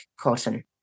cotton